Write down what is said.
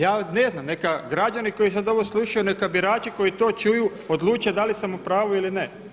Ja ne znam, neka građani koji sad ovo slušaju, neka birači koji to čuju odluče da li sam u pravu ili ne.